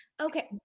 Okay